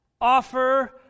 offer